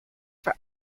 for